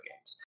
games